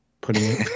putting